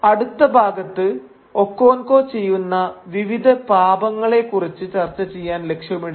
അടുത്ത ഭാഗത്ത് ഒക്കോൻകോ ചെയ്യുന്ന വിവിധ പാപങ്ങളെക്കുറിച്ച് ചർച്ചചെയ്യാൻ ലക്ഷ്യമിടുന്നു